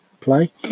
play